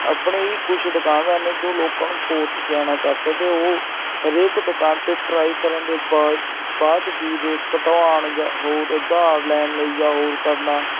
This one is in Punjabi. ਆਪਣੇ ਹੀ ਕੁਛ ਦੁਕਾਨਦਾਰ ਨੇ ਜੋ ਲੋਕਾਂ ਨੂੰ ਬਹੁਤ ਸਿਆਣਾ ਕਰਤਾ ਅਤੇ ਉਹ ਹਰੇਕ ਦੁਕਾਨ 'ਤੇ ਟਰਾਈ ਕਰਨ ਦੇ ਬਾਅਦ ਬਾਅਦ ਵੀ ਰੇਟ ਘਟਾਉਣ ਜਾਂ ਹੋਰ ਉਧਾਰ ਲੈਣ ਲਈ ਜਾਂ ਹੋਰ ਕਰਨਾ